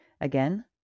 Again